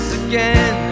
again